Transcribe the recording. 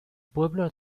pueblo